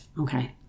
Okay